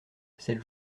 cette